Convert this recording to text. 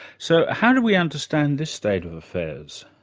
so how do we understand this state of affairs?